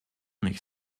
nicht